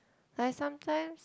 like sometimes